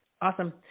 Awesome